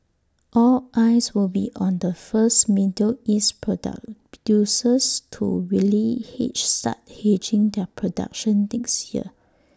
all eyes will be on the first middle east product producers to really hedge start hedging their production next year